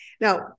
Now